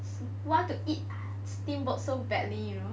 want to eat steamboat so badly you know